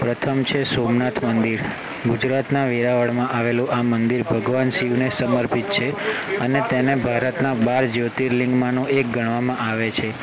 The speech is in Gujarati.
પ્રથમ છે સોમનાથ મંદિર ગુજરાતનાં વેરાવળમાં આવેલું આ મંદિર ભગવાન શિવને સમર્પિત છે અને તેને ભારતના બાર જ્યોર્તિલિંગમાંનું એક ગણવામાં આવે છે